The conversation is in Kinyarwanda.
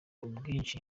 ubwinshi